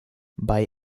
bei